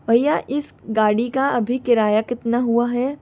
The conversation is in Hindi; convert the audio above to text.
भईया इस गाड़ी का अभी किराया कितना हुआ है